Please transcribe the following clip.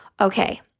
okay